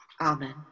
Amen